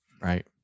Right